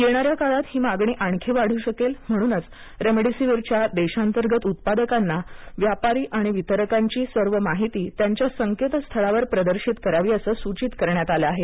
येणाऱ्या काळात ही मागणी आणखी वाढू शकेल म्हणूनच रेमडिसीवीरच्या देशांतर्गत उत्पादकांना व्यापारी आणि वितरकांची सर्व माहिती त्यांच्या संकेत स्थळावर प्रदर्शित करावी असं सूचित करण्यात आलं आहे